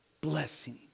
blessing